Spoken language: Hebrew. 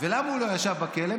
ולמה הוא לא ישב בכלא?